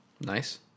Nice